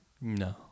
no